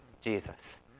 Jesus